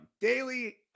Daily